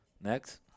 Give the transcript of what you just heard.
Next